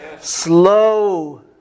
slow